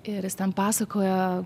ir jis ten pasakojo